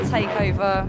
Takeover